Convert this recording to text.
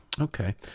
Okay